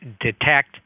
detect